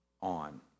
on